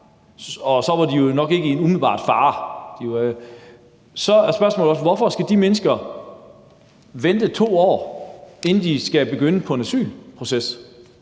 sige, at de nok ikke var i umiddelbar fare. Så er spørgsmålet også: Hvorfor skal de mennesker vente 2 år, inden de skal begynde på en asylproces?